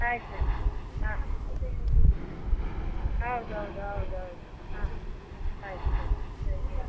ಆಯ್ತು ಆಯ್ತು ಹಾಂ ಹೌದೌದು ಹೌದೌದು ಹಾಂ ಆಯಿತು ಸರಿ